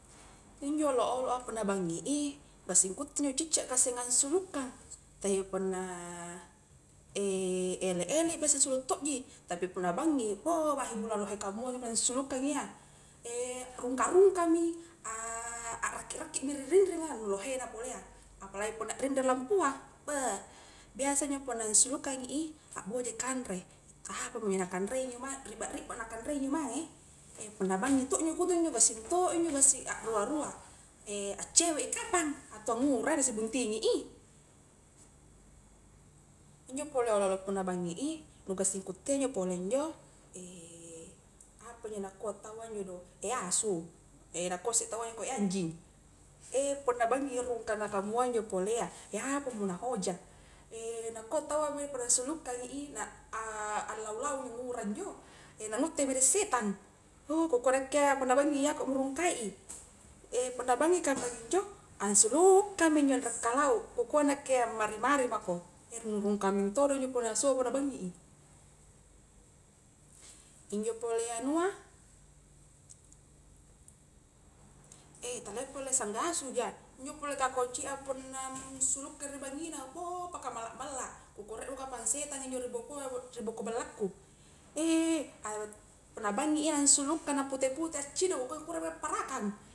Injo olo'-olo' a punna bangngi i, gassing ku utte injo cicca gassing ansulu'kang, tapi punna elek-elek biasa ansulu' tokji, tapi punna banngi bouh bahi bulang lohe kamua inni pole ansulu'kang iya, rungka-rungka mi, a rakki-rakki mi ri rinringa, nu lohe na polea, apalagi punna rinrai lampua beuh, biasa njo punna aansulu'kangi i, akboja i kanre, kua apamoi injo nakanrei injo mae rikba-rikba na kanrei injo mange punna bangngi to injo kutte njo gassing mento injo gassing akrua-rua, accewek i kapang, atau ngura na sibuntingi i, ijo pole olo'-olo' punna bangngi i, nu gassing ku uttea injo pole injo apanjo nakua taua injo do, asu nakua isse taua iya kua anjing, punna bangngi i rungkana kamua injo pole iya, apamo na hoja, na kua taua punna ansulu'kangi i, na allau-lau mi ngura injo na ngutte bede setang, ouh ku kua nakke iya punna bangngi i akokmo rungkai i, punna bangngi kapang injo, ansulukang minjo anraik kalau, ku kua nakke ammari-mari mako, rung-rungka mentodo injo pole asua punna baangngi i, injo pole anua, talia pole sangga asu ja injo pole kakoci a punna nsulukang ri bangngi na bouh paka malla-malla, ku kua riek mo kapang setang injo ri bokoa-boko balla ku a punna bangngi iya ansulu'kang na pute-pute accidong parakang.